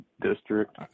district